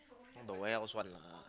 not the warehouse one lah